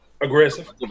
aggressive